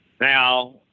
Now